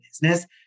business